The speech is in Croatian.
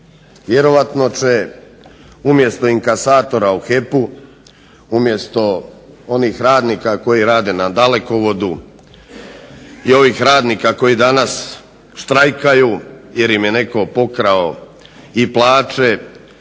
Vjerojatno će umjesto inkasatora u HEP-u, umjesto onih radnika koji rade na dalekovodu i ovih radnika koji danas štrajkaju jer im je netko pokrao i plaće